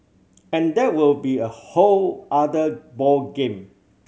and that will be a whole other ball game